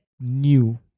new